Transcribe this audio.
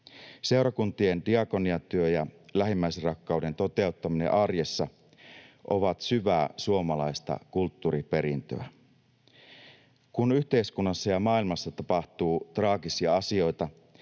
Seurakuntien diakoniatyö ja lähimmäisenrakkauden toteuttaminen arjessa ovat syvää suomalaista kulttuuriperintöä. Kun yhteiskunnassa ja maailmassa tapahtuu traagisia asioita,